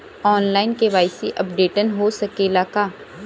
आन line KYC updation हो सकेला का?